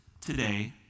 today